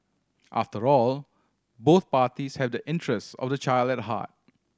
after all both parties have the interests of the child at heart